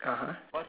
(uh huh)